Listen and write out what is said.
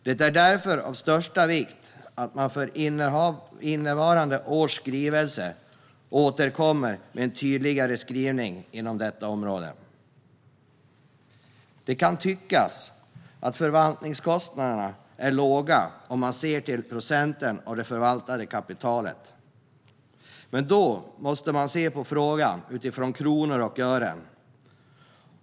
Det är därför av största vikt att man i skrivelsen för innevarande år återkommer med en tydligare skrivning inom detta område. Man kan tycka att förvaltningskostnaderna är låga sett till procent av det förvaltade kapitalet, men då måste man se på frågan utifrån kronor och ören.